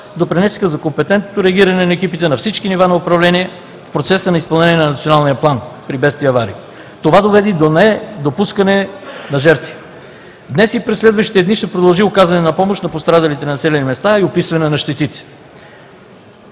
допринесоха за компетентното реагиране на екипите на всички нива на управление в процеса на изпълнение на Националния план при бедствия и аварии. Това доведе и до недопускане на жертви. Днес и през следващите дни ще продължи оказване на помощ на пострадалите населени места и описване на щетите.